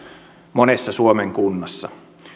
monessa suomen kunnassa